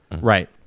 Right